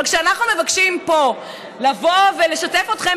אבל כשאנחנו מבקשים פה לבוא ולשתף אתכם